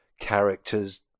characters